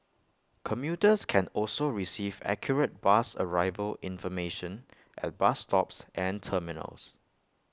commuters can also receive accurate bus arrival information at bus stops and terminals